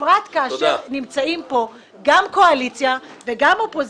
בפרט כאשר נמצאים פה גם קואליציה וגם אופוזיציה,